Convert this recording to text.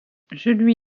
lui